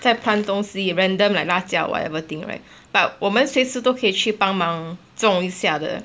在 plant 东西 random like 辣椒 whatever thing right but 我们随时都可以去帮忙种一下的